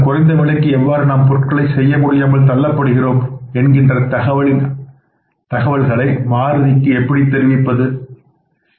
இந்தக் குறைந்த விலைக்கு எவ்வாறு நாம் பொருள்களை செய்யமுடியாமல் தள்ளப்படுகிறோம் என்கின்ற தகவலினை மாருதிக்கு தெரிவிப்பது எப்படி